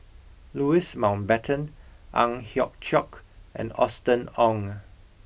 Louis Mountbatten Ang Hiong Chiok and Austen Ong